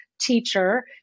teacher